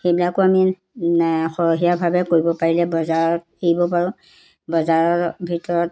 সেইবিলাকো আমি সৰহীয়াভাৱে কৰিব পাৰিলে বজাৰত পাৰোঁ বজাৰৰ ভিতৰত